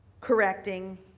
correcting